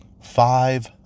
five